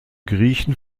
griechen